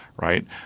right